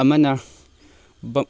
ꯑꯃꯅ